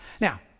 Now